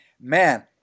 man